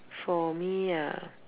for me ah